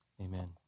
amen